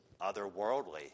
otherworldly